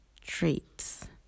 traits